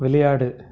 விளையாடு